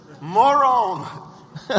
moron